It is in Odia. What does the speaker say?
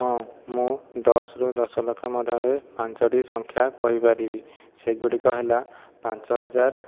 ହଁ ମୁଁ ଦଶରୁ ଦଶଲକ୍ଷ ମଧ୍ୟରେ ପାଞ୍ଚଟି ସଂଖ୍ୟା କହିପାରିବି ସେଗୁଡ଼ିକ ହେଲା ପାଞ୍ଚହଜାର